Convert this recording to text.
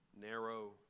narrow